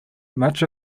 much